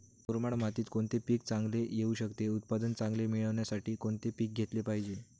मुरमाड मातीत कोणते पीक चांगले येऊ शकते? उत्पादन चांगले मिळण्यासाठी कोणते पीक घेतले पाहिजे?